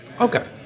Okay